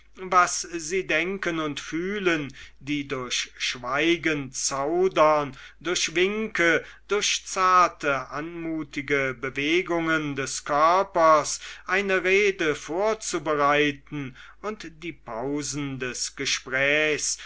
was sie denken und fühlen die durch schweigen zaudern durch winke durch zarte anmutige bewegungen des körpers eine rede vorzubereiten und die pausen des gesprächs